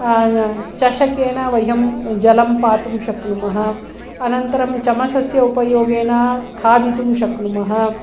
चषकेन वयं जलं पातुं शक्नुमः अनन्तरं चमसस्य उपयोगेन खादितुं शक्नुमः